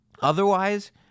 otherwise